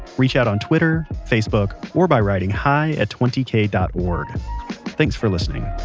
reach out on twitter, facebook, or by writing hi at twenty k dot org thanks for listening